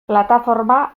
plataforma